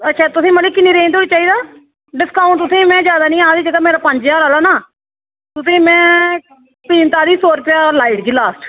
अच्छा तुसेंगी मतलब किन्नी रेंज धोड़ी चाहिदा डिस्काउंट में तुसेंगी ज्यादा नी आखदी तुसें गी जेह्ड़ा पंज ज्हार आह्ला न में तुसेंगी में पंजताली सौ रपेआ लाई उड़गी लास्ट